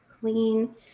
clean